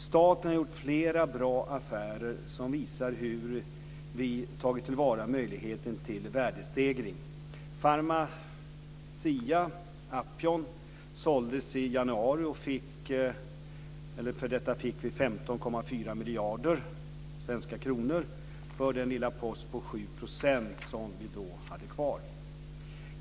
Staten har gjort flera bra affärer som visar hur vi tagit tillvara möjligheten till värdestegring. Pharmacia & Upjohn såldes i januari, och vi fick 15,4 miljarder svenska kronor för den lilla post på 7 % som vi då hade kvar.